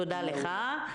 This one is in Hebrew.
תודה לך.